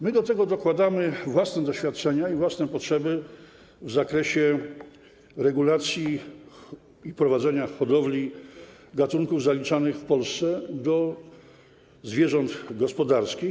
My do tego dokładamy własne doświadczenia i własne potrzeby w zakresie regulacji i prowadzenia hodowli gatunków zwierząt zaliczanych w Polsce do zwierząt gospodarskich.